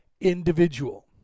individual